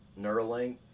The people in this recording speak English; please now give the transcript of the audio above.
Neuralink